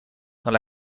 dans